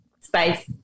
space